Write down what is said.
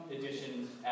editions